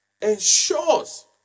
ensures